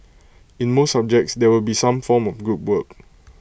in most subjects there will be some form of group work